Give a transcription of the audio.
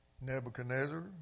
Nebuchadnezzar